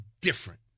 different